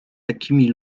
takimi